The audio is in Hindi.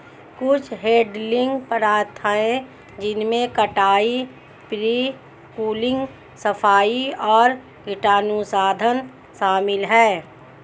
कुछ हैडलिंग प्रथाएं जिनमें कटाई, प्री कूलिंग, सफाई और कीटाणुशोधन शामिल है